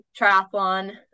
triathlon